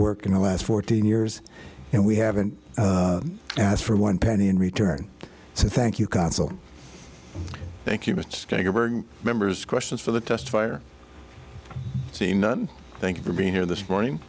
work in the last fourteen years and we haven't asked for one penny in return so thank you consul thank you mr members questions for the test fire see none thank you for being here this morning